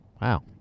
Wow